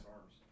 arms